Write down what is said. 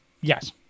Yes